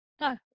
no